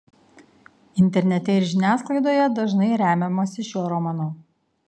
internete ir žiniasklaidoje dažnai remiamasi šiuo romanu